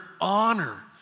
honor